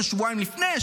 זה שבועיים לפני,